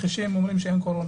שאין קורונה.